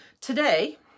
Today